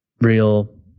real